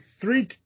three